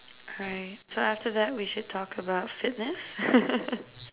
right so after that we should talk about fitness